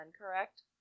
correct